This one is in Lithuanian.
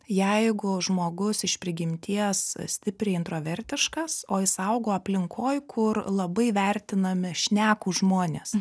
jeigu žmogus iš prigimties stipriai intravertiškas o jis augo aplinkoj kur labai vertinami šnekūs žmonės